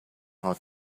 how